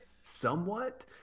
somewhat